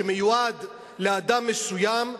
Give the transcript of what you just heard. שמיועד לאדם מסוים,